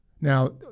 now